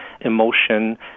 emotion